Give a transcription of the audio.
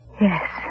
Yes